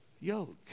yoke